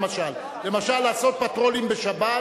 למשל, לעשות פטרולים בשבת,